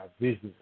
business